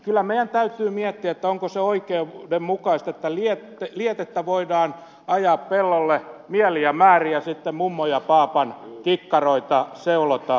kyllä meidän täytyy miettiä onko se oikeudenmukaista että lietettä voidaan ajaa pellolle mielin ja määrin ja sitten mummon ja paapan kikkaroita seulotaan